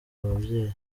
ababyeyi